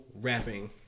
rapping